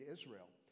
Israel